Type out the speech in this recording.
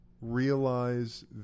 Realize